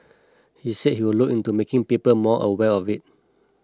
he said he would look into making people more aware of it